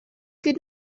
could